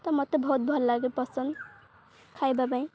ତ ମତେ ବହୁତ ଭଲ ଲାଗେ ପସନ୍ଦ ଖାଇବା ପାଇଁ